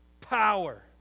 power